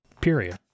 period